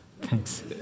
Thanks